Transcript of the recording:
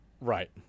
right